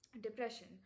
depression